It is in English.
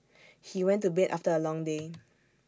he went to bed after A long day